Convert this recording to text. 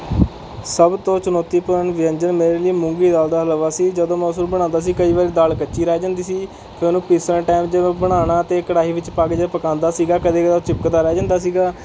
ਸਭ ਤੋਂ ਚੁਣੌਤੀਪੂਰਨ ਵਿਅੰਜਨ ਮੇਰੇ ਲਈ ਮੂੰਗੀ ਦਾਲ ਦਾ ਹਲਵਾ ਸੀ ਜਦੋਂ ਮੈਂ ਉਸਨੂੰ ਬਣਾਉਂਦਾ ਸੀ ਕਈ ਵਾਰ ਦਾਲ ਕੱਚੀ ਰਹਿ ਜਾਂਦੀ ਸੀ ਅਤੇ ਉਹਨੂੰ ਪੀਸਣ ਟਾਈਮ ਜਦੋਂ ਬਣਾਉਣਾ ਅਤੇ ਕੜਾਹੀ ਵਿੱਚ ਪਾ ਕੇ ਜਦੋਂ ਪਕਾਉਂਦਾ ਸੀ ਕਦੇ ਕਦੇ ਚਿਪਕਦਾ ਰਹਿ ਜਾਂਦਾ ਸੀ